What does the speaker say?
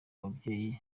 babyeyi